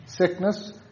sickness